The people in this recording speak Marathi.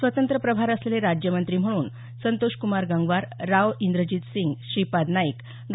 स्वतंत्र प्रभार असलेले राज्यमंत्री म्हणून संतोषकुमार गंगवार राव इंद्रजित सिंग श्रीपाद नाईक डॉ